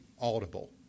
audible